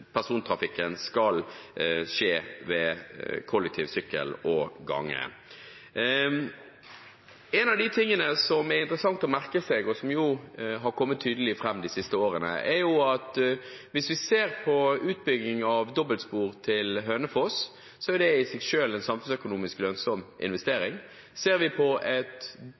persontrafikken skal skje ved kollektiv, sykkel og gange. En av de tingene som er interessant å merke seg, og som har kommet tydelig fram de siste årene, er at hvis vi ser på utbygging av dobbeltspor til Hønefoss, er det i seg selv en samfunnsøkonomisk lønnsom investering. Ser vi på